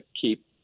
keep